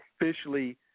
officially